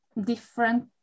different